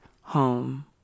home